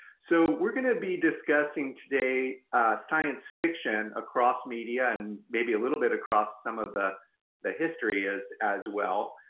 so we're gonna be discussing today science fiction across media and maybe a little bit across some of the the history as as well,